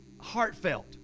heartfelt